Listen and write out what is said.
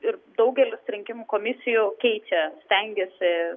ir daugelis rinkimų komisijų keičia stengiasi